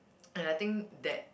and I think that